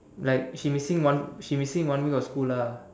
like she missing one she missing one week of school lah